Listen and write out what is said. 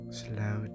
slow